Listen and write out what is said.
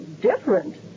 different